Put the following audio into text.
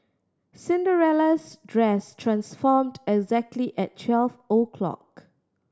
Cinderella's dress transformed exactly at twelve o'clock